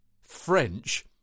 French